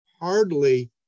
hardly